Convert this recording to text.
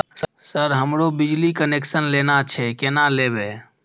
Sir हमरो बिजली connection लेना छे केना लेबे?